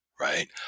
right